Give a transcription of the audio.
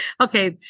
okay